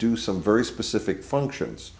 do some very specific functions